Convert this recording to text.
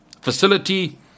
facility